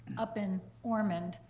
up in ormond,